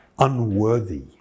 unworthy